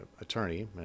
attorney